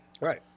Right